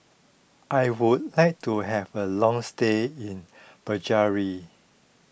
I would like to have a long stay in